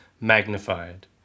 magnified